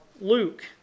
Luke